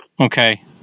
Okay